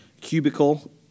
cubicle